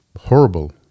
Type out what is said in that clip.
horrible